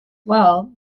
well